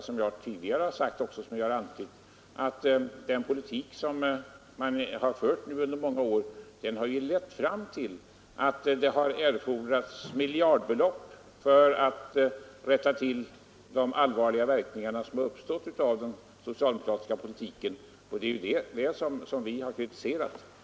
Som jag tidigare antytt har också den politik, som socialdemokraterna fört under många år, lett fram till att det har erfordrats miljardbelopp för att rätta till de allvarliga verkningarna av den. Det är det som vi har kritiserat.